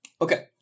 Okay